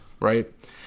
right